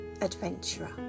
adventurer